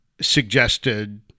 suggested